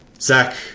Zach